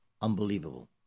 Unbelievable